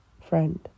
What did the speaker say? friend